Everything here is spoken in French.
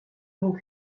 donc